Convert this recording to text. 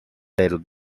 del